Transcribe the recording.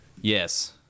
Yes